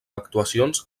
actuacions